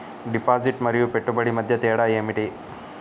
Deposit మరియు పెట్టుబడి మధ్య తేడా ఏమిటి?